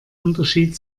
unterschied